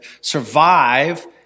survive